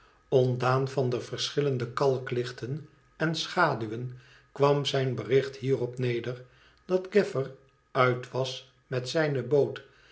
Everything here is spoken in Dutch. ontdaan van de verschillende kalklichten en schaduwen kwam zijn bericht hierop oeder dat gaffer uit was met zijne boot